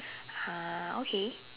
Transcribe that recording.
!huh! okay